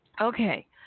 Okay